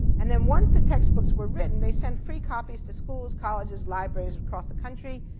and then once the textbooks were written, they sent free copies to schools, colleges, libraries across the country,